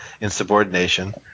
insubordination